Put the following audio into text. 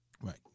Right